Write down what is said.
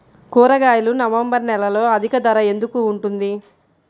కూరగాయలు నవంబర్ నెలలో అధిక ధర ఎందుకు ఉంటుంది?